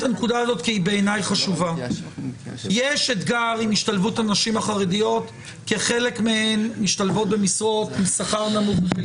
יש אתגר בהשתלבות הנשים החרדיות כי חלק מהן משתלבות במשרות עם שכר נמוך.